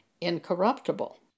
incorruptible